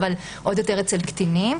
אבל עוד יותר אצל קטינים.